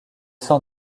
sans